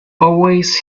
always